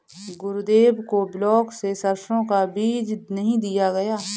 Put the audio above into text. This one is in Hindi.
गुरुदेव को ब्लॉक से सरसों का बीज नहीं दिया गया